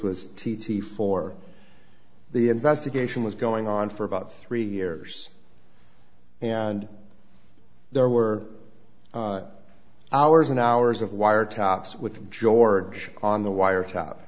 was t t for the investigation was going on for about three years and there were hours and hours of wiretaps with george on the wiretap